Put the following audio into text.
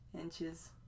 inches